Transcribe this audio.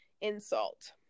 insult